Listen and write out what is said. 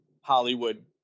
Hollywood